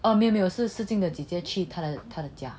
oh 没有没有是 si jing 的姐姐去她的家